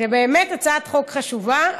זו באמת הצעת חוק חשובה.